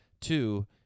Two